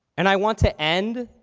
and i want to end,